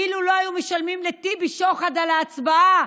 אילו לא היו משלמים לטיבי שוחד על ההצבעה,